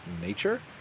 nature